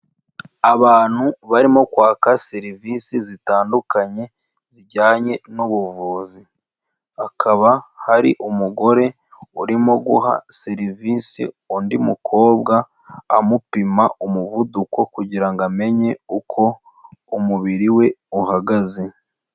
Abantu barimo kwaka serivisi zitandukanye, zijyanye n'ubuvuzi. Hakaba hari umugore urimo guha serivisi undi mukobwa, amupima umuvuduko kugira ngo amenye uko umubiri we uhagaze.